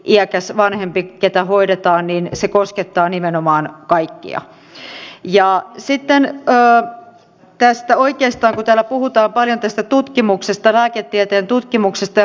iäkäs vanhempi sidoksissa kilpailijamaiden päätöksiin vastaavien järjestelmien perustamisesta ja sitä ne päällä tästä oikeista täällä puhutaan paljon tästä tutkimuksesta tuen tasosta